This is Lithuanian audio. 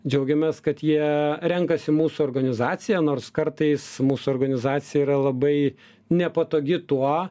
džiaugiamės kad jie renkasi mūsų organizaciją nors kartais mūsų organizacija yra labai nepatogi tuo